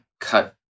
Cut